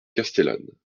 castellane